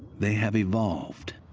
they have evolved.